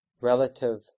relative